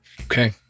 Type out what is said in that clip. okay